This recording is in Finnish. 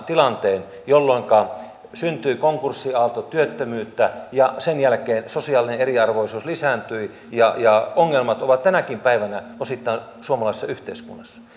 tilanteen jolloinka syntyi konkurssiaalto työttömyyttä ja sen jälkeen sosiaalinen eriarvoisuus lisääntyi ja ja ongelmat ovat tänäkin päivänä osittain suomalaisessa yhteiskunnassa